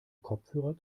kopfhörer